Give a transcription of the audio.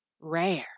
rare